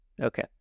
Okay